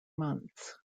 months